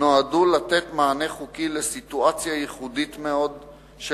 נועדו לתת מענה חוקי לסיטואציה ייחודית מאוד של